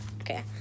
Okay